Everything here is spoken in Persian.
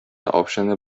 آپشن